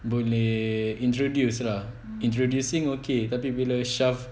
boleh introduce lah introducing okay tapi bila shaft